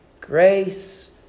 grace